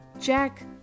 Jack